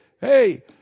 hey